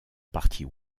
partie